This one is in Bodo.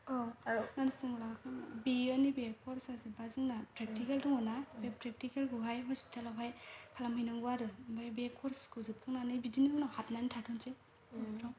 औ नार्सिंआव लाखांनानै बेयो नैबे कर्सा जोब्बा जोंना प्रेक्तिकेल दङ ना बे प्रेक्तिकेलखौहाय हस्पितालावहाय खालामहैनांगौ आरो ओमफ्राय बे कर्सखौ जोबखांनानै बिदिनो उनाव हाबनानै थानोसै बेफोराव